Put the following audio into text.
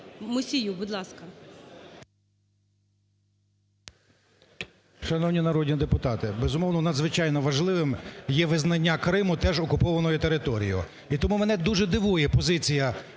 Мусію. Будь ласка.